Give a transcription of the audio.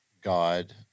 God